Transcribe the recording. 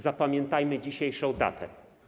Zapamiętajmy dzisiejszą datę.